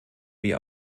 wir